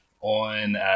on